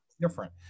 different